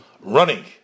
running